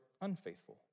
unfaithful